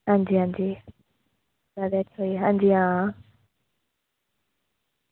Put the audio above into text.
अंजी अंजी अंजी आं